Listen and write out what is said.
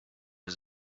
his